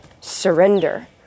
surrender